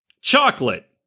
Chocolate